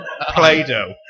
Play-Doh